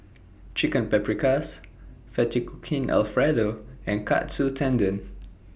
Chicken Paprikas Fettuccine Alfredo and Katsu Tendon